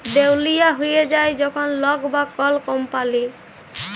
দেউলিয়া হঁয়ে যায় যখল লক বা কল কম্পালি